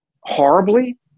horribly